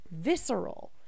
visceral